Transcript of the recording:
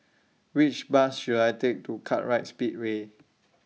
Which Bus should I Take to Kartright Speedway